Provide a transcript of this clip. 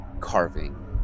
carving